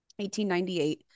1898